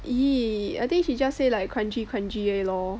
!ee! I think she just say like crunchy crunchy only lor